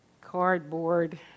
cardboard